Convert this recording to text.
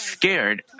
Scared